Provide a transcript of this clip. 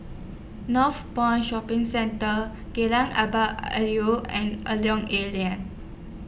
Northpoint Shopping Centre and A Lorong A Leng